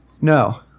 No